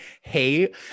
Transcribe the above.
hey